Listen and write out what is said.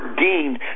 deemed